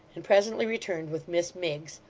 and presently returned with miss miggs,